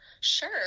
Sure